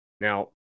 Now